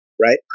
right